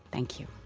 thank you.